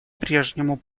прежнему